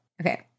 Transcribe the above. Okay